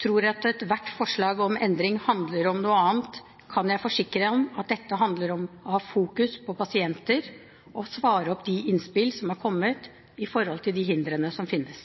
tror at ethvert forslag om endring handler om noe annet, kan jeg forsikre om at dette handler om å ha fokus på pasienter og svare opp de innspill som er kommet i forhold til de hindre som finnes.